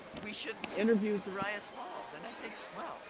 we should interview zaria small and i think well,